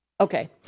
Okay